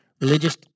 Religious